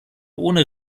ohne